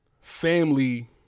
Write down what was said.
family